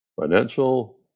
financial